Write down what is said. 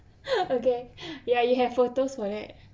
okay ya you have photos for that